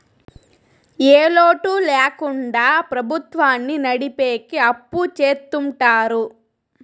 ఏ లోటు ల్యాకుండా ప్రభుత్వాన్ని నడిపెకి అప్పు చెత్తుంటారు